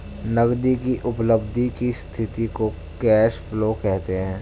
नगदी की उपलब्धि की स्थिति को कैश फ्लो कहते हैं